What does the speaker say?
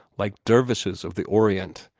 like dervishes of the orient,